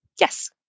yes